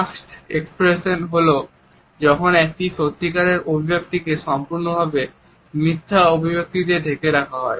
masked expression হল যখন একটি সত্যিকারের অভিব্যক্তিকে সম্পূর্ণরূপে মিথ্যা অভিব্যক্তি দিয়ে ঢেকে দেওয়া হয়